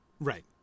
Right